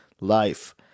life